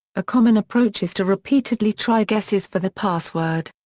a common approach is to repeatedly try guesses for the password.